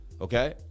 okay